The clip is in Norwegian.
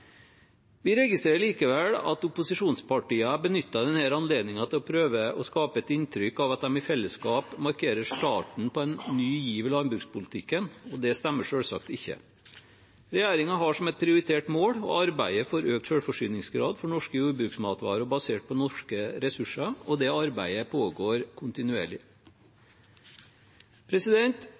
Vi registrerer likevel at opposisjonspartiene benytter denne anledningen til å prøve å skape et inntrykk av at de i fellesskap markerer starten på en ny giv i landbrukspolitikken, og det stemmer selvsagt ikke. Regjeringen har som et prioritert mål å arbeide for økt selvforsyningsgrad for norske jordbruksmatvarer basert på norske ressurser, og det arbeidet pågår kontinuerlig.